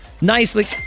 Nicely